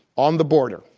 on the border,